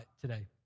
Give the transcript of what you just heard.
today